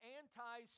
anti